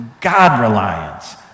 God-reliance